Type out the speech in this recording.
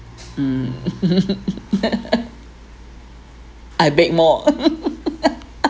mm I bake more